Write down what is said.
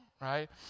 right